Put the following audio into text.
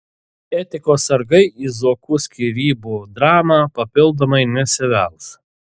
etikos sargai į zuokų skyrybų dramą papildomai nesivels